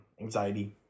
Anxiety